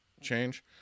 change